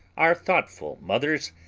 our thoughtful mothers,